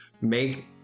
make